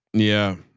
yeah.